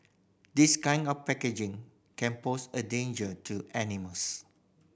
this kind of packaging can pose a danger to animals